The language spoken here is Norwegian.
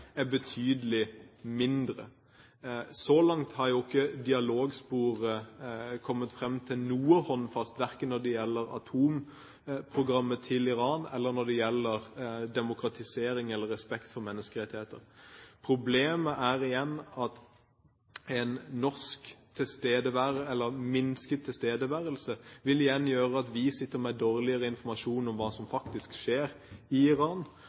er betydelig mindre. Så langt har jo ikke dialogsporet kommet frem til noe håndfast, verken når det gjelder atomprogrammet til Iran, eller når det gjelder demokratisering eller respekt for menneskerettigheter. Problemet er at en minsket norsk tilstedeværelse vil igjen gjøre at vi sitter med dårligere informasjon om hva som faktisk skjer i Iran.